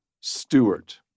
Stewart